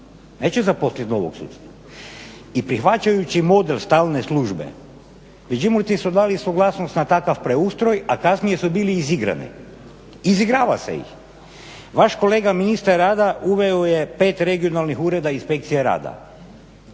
Neće zaposliti novog suca. I prihvaćajući model stalne službe međimurci su dali suglasnost na takav preustroj a kasnije su bili izigrani, izigrava se ih. Vaš kolega ministar rada uveo je pet regionalnih ureda inspekcije rada.